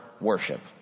worship